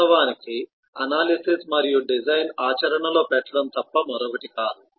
వాస్తవానికి అనాలిసిస్ మరియు డిజైన్ ఆచరణలో పెట్టడం తప్ప మరొకటి కాదు